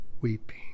weeping